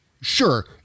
sure